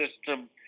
system